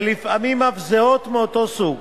ולפעמים אף זהות, מאותו סוג.